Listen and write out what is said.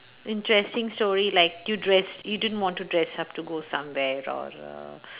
interesting story like you dress you didn't want to dress up to go somewhere or err